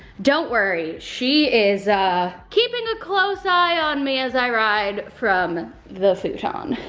don't worry. she is keeping a close eye on me as i ride from the futon.